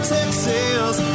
Texas